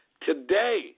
Today